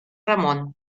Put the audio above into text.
ramón